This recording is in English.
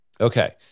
Okay